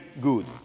Good